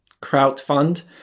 crowdfund